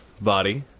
body